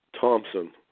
Thompson